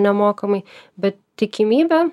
nemokamai bet tikimybė